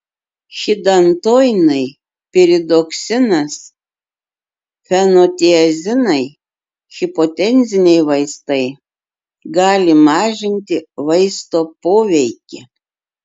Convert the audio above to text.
hidantoinai piridoksinas fenotiazinai hipotenziniai vaistai gali mažinti vaisto poveikį